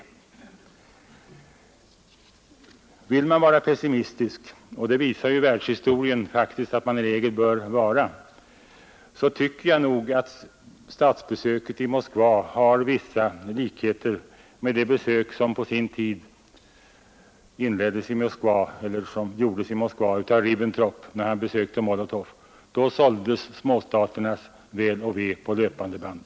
Vill man vara pessimistisk — och det visar världshistorien att man i regel bör vara — tycker jag att statsbesöket i Moskva har vissa likheter med det besök som på sin tid gjordes i Moskva av Ribbentrop när han besökte Molotov. Då såldes småstaternas väl och ve på löpande band.